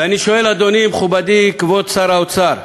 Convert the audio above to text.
ואני שואל, אדוני, מכובדי, כבוד שר האוצר: